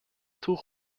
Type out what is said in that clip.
tuch